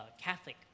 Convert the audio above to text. Catholic